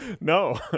No